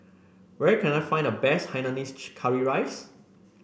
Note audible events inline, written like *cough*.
where can I find the best Hainanese *unintelligible* Curry Rice